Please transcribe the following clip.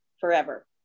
forever